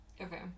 Okay